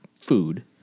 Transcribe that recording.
food